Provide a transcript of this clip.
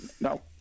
No